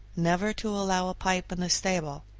never to allow a pipe in the stable,